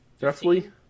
Roughly